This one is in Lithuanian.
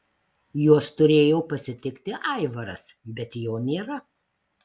juos turėjo pasitikti aivaras bet jo nėra